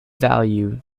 value